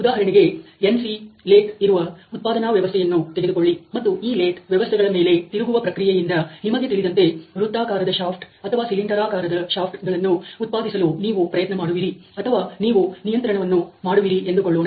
ಉದಾಹರಣೆಗೆ NC lathe ಇರುವ ಉತ್ಪಾದನಾ ವ್ಯವಸ್ಥೆಯನ್ನು ತೆಗೆದುಕೊಳ್ಳಿ ಮತ್ತು ಈ ಲೇತ್ ವ್ಯವಸ್ಥೆಗಳ ಮೇಲೆ ತಿರುಗುವ ಪ್ರಕ್ರಿಯೆಯಿಂದ ನಿಮಗೆ ತಿಳಿದಂತೆ ವೃತ್ತಾಕಾರದ ಶಾಫ್ಟ್ ಅಥವಾ ಸಿಲಿಂಡರಾಕಾರದ ಶಾಫ್ಟ್ ಗಳನ್ನು ಉತ್ಪಾದಿಸಲು ನೀವು ಪ್ರಯತ್ನ ಮಾಡುವಿರಿ ಅಥವಾ ನೀವು ನಿಯಂತ್ರಣವನ್ನು ಮಾಡುವಿರಿ ಎಂದುಕೊಳ್ಳೋಣ